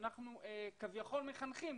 שאנחנו כביכול מחנכים,